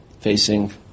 facing